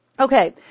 Okay